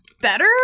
better